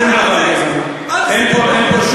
שום דבר גזעני אין פה.